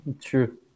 True